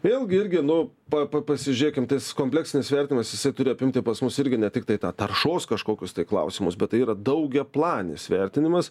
vėlgi irgi nu pa pa pasižiūrėkim tas kompleksinis vertimas visi turi apimti pas mus irgi ne tiktai tą taršos kažkokius tai klausimus bet tai yra daugiaplanis vertinimas